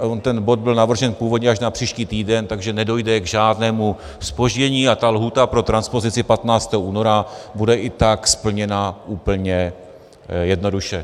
On ten bod byl navržen původně až na příští týden, takže nedojde k žádnému zpoždění a lhůta pro transpozici 15. února bude i tak splněna úplně jednoduše.